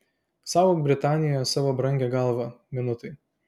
saugok britanijoje savo brangią galvą minutai